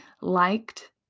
liked